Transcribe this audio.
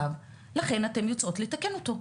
לכן אתן יוצאות לתקן אותו.